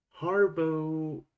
Harbo